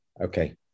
Okay